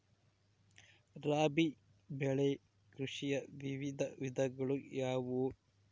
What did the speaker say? ರಾಬಿ ಬೆಳೆ ಕೃಷಿಯ ವಿವಿಧ ವಿಧಗಳು ಯಾವುವು?